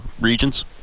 regions